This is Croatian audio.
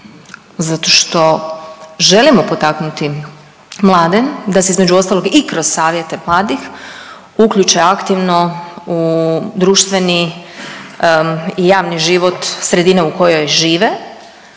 zato što želimo potaknuti mlade da se između ostalog i kroz savjete mladih uključe aktivno u društveni i javni život sredine u kojoj žive.